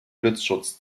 blitzschutz